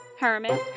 Herman